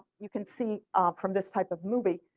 you can see from this type of movie,